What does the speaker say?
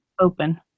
Open